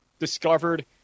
discovered